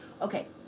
Okay